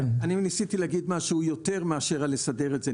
אני ניסיתי להגיד משהו יותר מאשר על לסדר את זה.